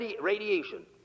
radiation